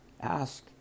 ask